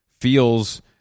feels